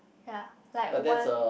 ya like one